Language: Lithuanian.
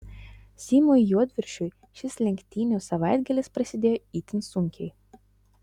simui juodviršiui šis lenktynių savaitgalis prasidėjo itin sunkiai